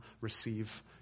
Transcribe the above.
receive